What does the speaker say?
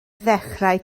ddechrau